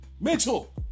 Mitchell